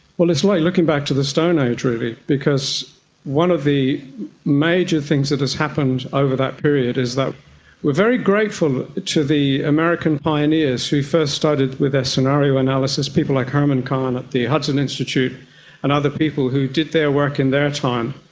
well, it's like looking back to the stone age really because one of the major things that has happened over that has period is that we are very grateful to the american pioneers who first started with their scenario analysis, people like herman kahn at the hudson institute and other people who did their work in their time.